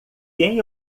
quem